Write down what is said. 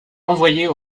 envoyer